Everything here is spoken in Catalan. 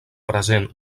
present